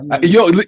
Yo